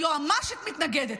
היועמ"שית מתנגדת.